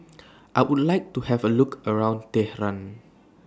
I Would like to Have A Look around Tehran